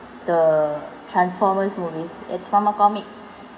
the transformers movies it's from a comic